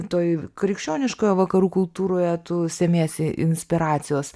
toj krikščioniškoje vakarų kultūroje tu semiesi inspiracijos